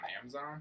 Amazon